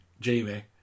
Jamie